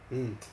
mm